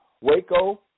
Waco